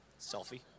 selfie